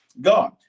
God